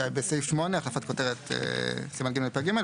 בסעיף 8 החלפת כותרת סימן ג' בפרק ג'.